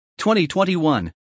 2021